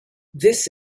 this